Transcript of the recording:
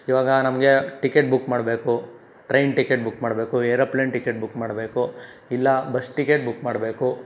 ಈವಾಗ ನಮಗೆ ticket book ಮಾಡಬೇಕು ಟ್ರೈನ್ ಟಿಕೆಟ್ ಬುಕ್ ಮಾಡಬೇಕು ಏರೋಪ್ಲೇನ್ ಟಿಕೆಟ್ ಬುಕ್ ಮಾಡಬೇಕು ಇಲ್ಲ ಬಸ್ ಟಿಕೆಟ್ ಬುಕ್ ಮಾಡಬೇಕು